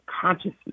consciousness